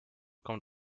kommt